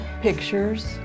pictures